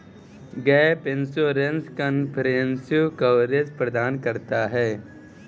gap insurance comprehensive coverage प्रदान करता है